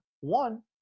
One